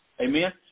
Amen